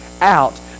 out